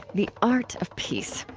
the art of peace,